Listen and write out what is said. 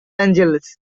angeles